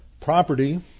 property